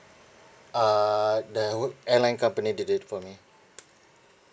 err the who airline company did it for me